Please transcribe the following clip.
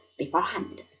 beforehand